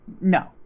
No